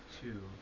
two